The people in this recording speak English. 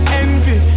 envy